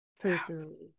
personally